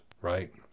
right